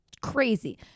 crazy